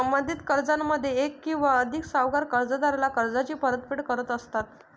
संबंधित कर्जामध्ये एक किंवा अधिक सावकार कर्जदाराला कर्जाची परतफेड करत असतात